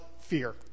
fear